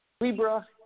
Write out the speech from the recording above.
Libra